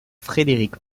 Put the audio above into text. frédéric